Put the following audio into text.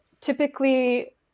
Typically